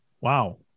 Wow